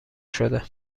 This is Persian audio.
شده